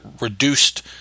reduced